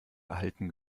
erhalten